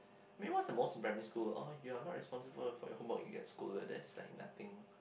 I mean what's the most in primary school oh you are not responsible for your homework you get scolded that's like nothing